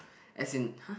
as in !huh!